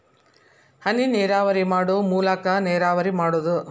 ಹನಿನೇರಾವರಿ ಮಾಡು ಮೂಲಾಕಾ ನೇರಾವರಿ ಮಾಡುದು